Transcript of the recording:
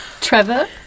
Trevor